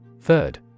Third